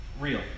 real